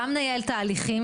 גם נייעל תהליכים,